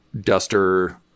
duster